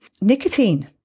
nicotine